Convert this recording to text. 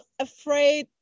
afraid